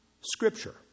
Scripture